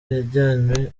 yajyanwe